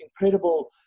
incredible